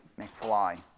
McFly